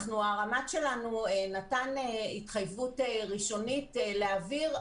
הרמ"ט שלנו נתן התחייבות ראשונית להעביר,